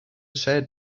shared